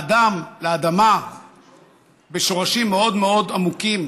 האדם לאדמה בשורשים מאוד מאוד עמוקים,